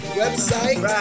website